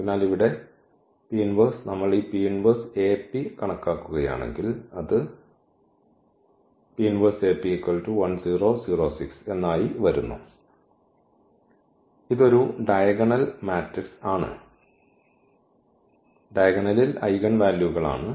അതിനാൽ ഇവിടെ നമ്മൾ ഈ കണക്കാക്കുകയാണെങ്കിൽ അത് ആയി വരുന്നു ഇത് ഒരു ഡയഗണൽ മാട്രിക്സ് ആണ് ഡയഗണലിൽ ഐഗൺ വാലുകൾ ആണ്